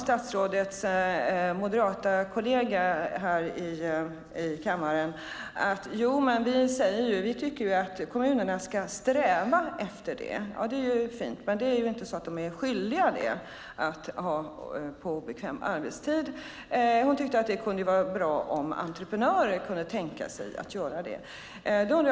Statsrådets moderata kollega i kammaren sade att man tycker att kommunerna ska sträva efter omsorg på obekväm tid. Det är fint, men kommunerna är inte skyldiga att tillhandahålla omsorg på obekväm arbetstid. Kollegan tyckte att det kunde vara bra om entreprenörer kunde tänka sig att tillhandahålla barnomsorg.